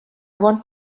want